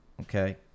okay